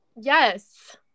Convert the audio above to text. Yes